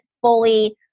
fully